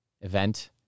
event